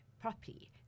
properly